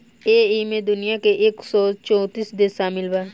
ऐइमे दुनिया के एक सौ चौतीस देश सामिल बा